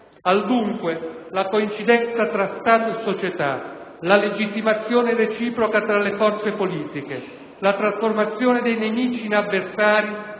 Al dunque, la coincidenza tra Stato e società, la legittimazione reciproca tra le forze politiche, la trasformazione dei nemici in avversari